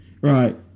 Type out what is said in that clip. Right